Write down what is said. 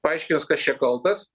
paaiškins kas čia kaltas